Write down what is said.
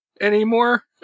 anymore